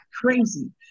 crazy